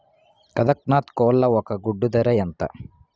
కదక్నత్ కోళ్ల ఒక గుడ్డు ధర ఎంత?